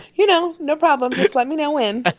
you know, no problem. just let me know when